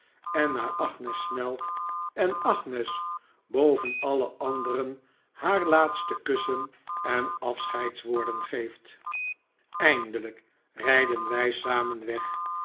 en naar agnes snelt en agnes boven alle anderen haar laatste kussen en afscheidswoorden geeft eindelijk rijden wij